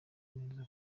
neza